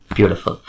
Beautiful